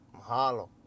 Mahalo